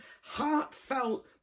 heartfelt